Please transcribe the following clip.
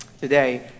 today